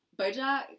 Bojack